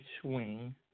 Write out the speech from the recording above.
Swing